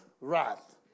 wrath